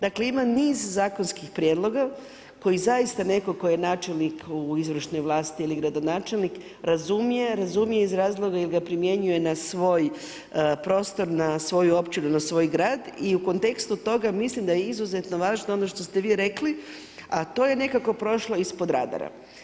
Dakle ima niz zakonskih prijedloga koji zaista netko tko je načelnik u izvršnoj vlasti ili gradonačelnik, razumije, razumije iz razloga jer ga primjenjuje na svoj prostor, na svoju općinu, na svoj grad i u kontekstu toga mislim da je izuzetno važno ono što ste rekli, a to je nekako prošlo ispod radara.